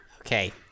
Okay